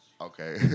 Okay